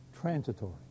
transitory